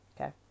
Okay